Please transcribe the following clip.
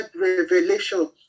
revelation